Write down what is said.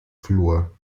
fluor